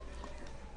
הלאה.